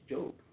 Job